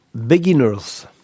Beginners